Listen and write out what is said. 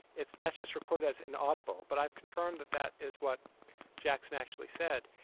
it's that's just recorded as an audible. but i've confirmed that that is what jackson actually said.